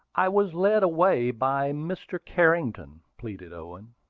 i was led away by mr. carrington, pleaded owen.